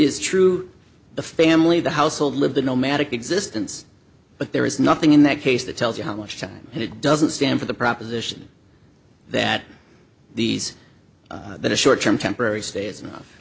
is true the family the household lived a nomadic existence but there is nothing in that case that tells you how much time and it doesn't stand for the proposition that these that a short term temporary stay i